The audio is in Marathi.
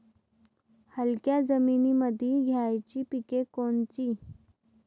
हलक्या जमीनीमंदी घ्यायची पिके कोनची?